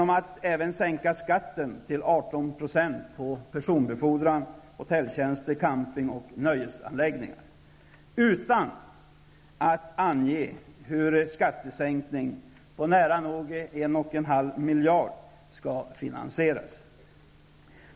Man vill nämligen även sänka skatten på personbefordran, hotelltjänster, camping och nöjesanläggningar till 18 %, men man anger inte hur en skattesänkning på nära 1,5 miljarder kronor skall finansieras.